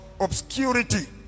obscurity